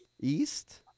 East